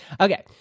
Okay